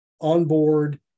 onboard